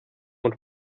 und